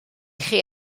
chi